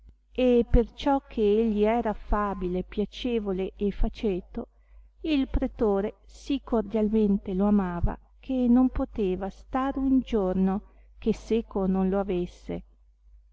e perciò che egli era affabile piacevole e faceto il pretore sì cordialmente lo amava che non poteva star un giorno che seco non lo avesse